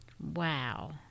Wow